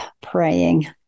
praying